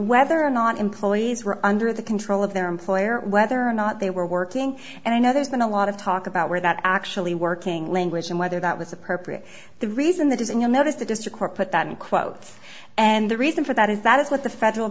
whether or not employees were under the control of their employer whether or not they were working and i know there's been a lot of talk about where that actually working language and whether that was appropriate the reason that is in another statistic or put that in quotes and the reason for that is that is what the federal